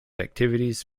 activities